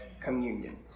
communion